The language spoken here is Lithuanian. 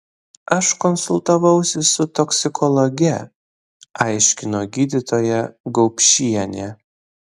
aš konsultavausi su toksikologe aiškino gydytoja gaupšienė